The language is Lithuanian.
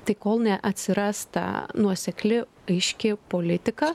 tai kol neatsiras ta nuosekli aiški politika